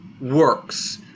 works